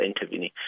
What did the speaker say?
intervening